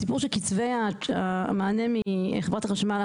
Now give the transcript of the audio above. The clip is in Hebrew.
הסיפור של קצבי המענה מחברת החשמל.